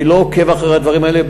אני לא עוקב אחרי הדברים האלה,